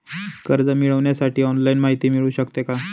कर्ज मिळविण्यासाठी ऑनलाईन माहिती मिळू शकते का?